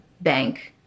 bank